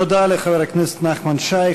תודה לחבר הכנסת נחמן שי.